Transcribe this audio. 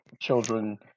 children